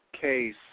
case